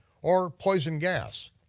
or poison gas.